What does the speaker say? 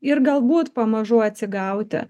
ir galbūt pamažu atsigauti